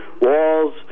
walls